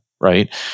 right